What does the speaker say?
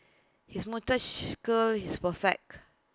his moustache curl is perfect